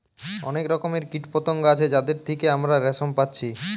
অনেক রকমের কীটপতঙ্গ আছে যাদের থিকে আমরা রেশম পাচ্ছি